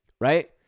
Right